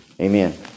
Amen